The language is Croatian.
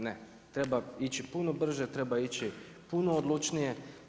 Ne, treba ići puno brže, treba ići puno odlučnije.